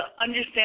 understand